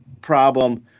problem